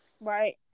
Right